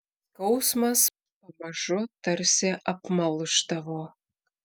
skausmas pamažu tarsi apmalšdavo